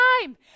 time